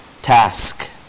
task